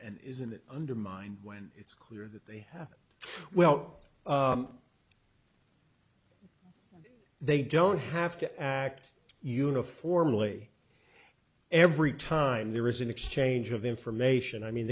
and isn't it undermined when it's clear that they have well they don't have to act uniformly every time there is an exchange of information i mean